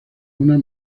una